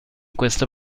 questa